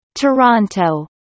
Toronto